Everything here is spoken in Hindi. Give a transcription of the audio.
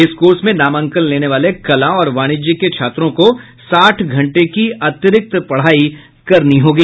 इस कोर्स में नामांकन लेने वाले कला और वाणिज्य के छात्रों को साठ घंटे की अतिरिक्त पढ़ाई करनी होगी